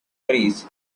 trees